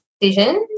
decisions